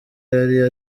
yari